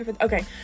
Okay